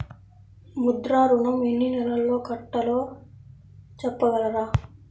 ముద్ర ఋణం ఎన్ని నెలల్లో కట్టలో చెప్పగలరా?